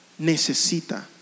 necesita